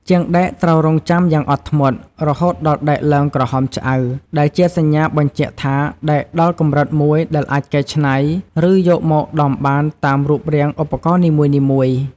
ជាងដែកត្រូវរង់ចាំយ៉ាងអត់ធ្មត់ រហូតដល់ដែកឡើងក្រហមឆ្អៅ ដែលជាសញ្ញាបញ្ជាក់ថាដែកដល់កម្រិតមួយដែលអាចកែច្នៃ ឬយកមកដំបានតាមរូបរាងឧបករណ៍នីមួយៗ។